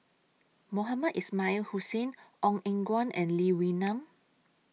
Mohamed Ismail Hussain Ong Eng Guan and Lee Wee Nam